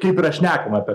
kaip yra šnekama apie